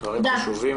הדברים חשובים.